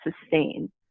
sustain